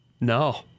No